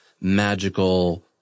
magical